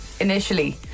initially